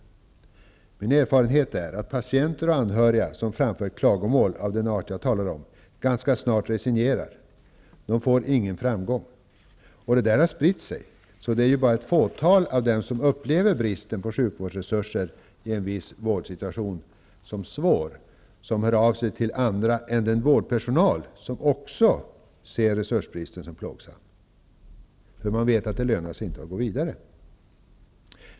Min erfarenhet är att patienter och anhöriga, som framfört klagomål av den art jag talar om, ganska snart resignerar. De får ingen framgång. Detta har spritt sig. Det är i dag bara ett fåtal av dem som upplever en brist på sjukvårdsresurser i en viss vårdsituation som svår som hör av sig till andra än den vårdpersonal som också ser resursbristen som plågsam. Man vet att det inte lönar sig att gå vidare.